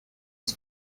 his